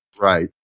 Right